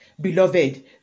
beloved